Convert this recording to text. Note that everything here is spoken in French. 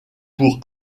pour